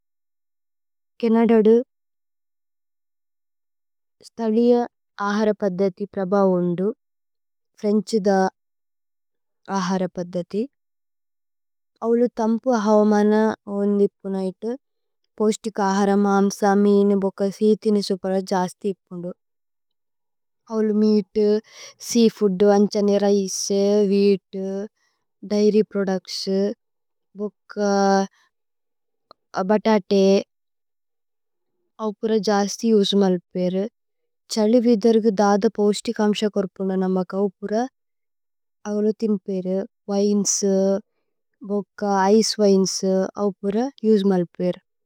കനദ'ദു സ്ഥലിഅ ആഹര പദ്ദതി പ്രഭ വോന്ദു। ഫ്രേന്ഛ്ദ ആഹര പദ്ദതി ഔലു ഥമ്പു അഹവമന। വോന്ദി ഇപ്പുനൈതു പോസ്തിക ആഹര മാമ്സ മീനു। ബുക്ക സീതിനി സുപ്ര ജസ്തി ഇപ്പുന്ദു ഔലു മേഅതു। സേഅഫൂദു, അന്ഛ നേരൈസേ, വ്ഹേഅതു, ദൈര്യ്। പ്രോദുച്ത്സു ബുക്ക ബതതേ ആപുര। ജസ്തി ഉജ്മലു പേഇരു ഛ്ഹലിവിദുര്ഗു ദദ പോസ്തിക। അമ്സ കോര്പുനു നമക ആപുര ഔലു ഥിമ്പേഇരു। വിനേസു, ബുക്ക, ഇചേ വിനേസു, ആപുര ഉജ്മലു പേഇരു।